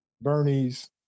Bernie's